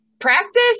Practice